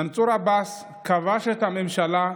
מנסור עבאס כבש את הממשלה,